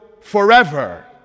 forever